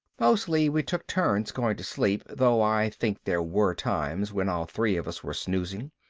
mostly we took turns going to sleep, though i think there were times when all three of us were snoozing.